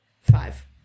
five